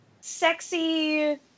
sexy